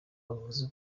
avuze